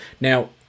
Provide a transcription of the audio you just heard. Now